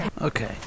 Okay